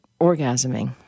orgasming